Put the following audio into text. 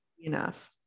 enough